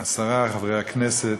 השרה, חברי הכנסת,